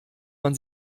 man